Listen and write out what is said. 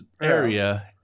area